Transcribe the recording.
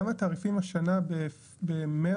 גם התעריפים, השנה במרץ